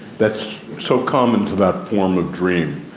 that's so common to that form of dream.